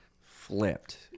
flipped